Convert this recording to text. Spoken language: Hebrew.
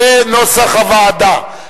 כנוסח הוועדה.